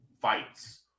fights